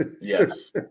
Yes